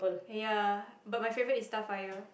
ya but my favourite is Starfire